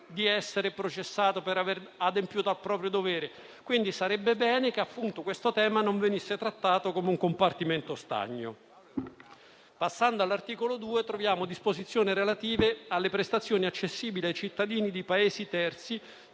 di essere processato per aver adempiuto al proprio dovere. Sarebbe bene, quindi, che questo tema non venisse trattato come un compartimento stagno. Passando all'articolo 2, troviamo disposizioni relative alle prestazioni accessibili ai cittadini di Paesi terzi